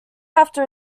after